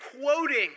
quoting